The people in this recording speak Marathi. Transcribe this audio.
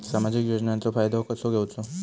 सामाजिक योजनांचो फायदो कसो घेवचो?